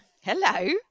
Hello